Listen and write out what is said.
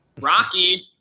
Rocky